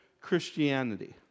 Christianity